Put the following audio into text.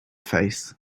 face